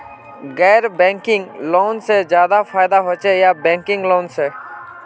गैर banking loan से ज्यादा फायदा होचे या बैंकिंग लोन से?